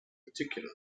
particular